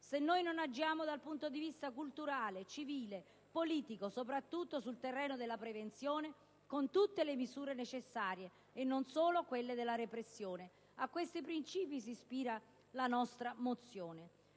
se non agiamo dal punto di vista culturale, civile, politico, soprattutto sul terreno della prevenzione, con tutte le misure necessarie, e non solo quelle della repressione. A questi principi si ispira la nostra mozione.